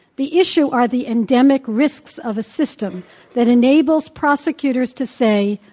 the issue are the endemic risks of a system that enables prosecutors to say,